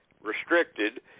Restricted